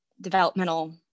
developmental